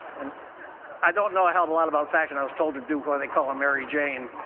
and i don't know a hell of a lot about fashion i was told to do what they call a mary jane,